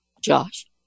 Josh